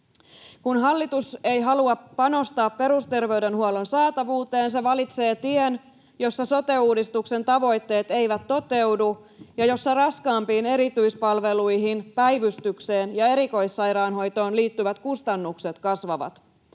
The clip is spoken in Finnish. Kun hallitus ei halua panostaa perusterveydenhuollon saatavuuteen, se valitsee tien, jossa sote-uudistuksen tavoitteet eivät toteudu ja jossa raskaampiin erityispalveluihin, päivystykseen ja erikoissairaanhoitoon liittyvät kustannukset kasvavat.